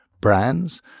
Brands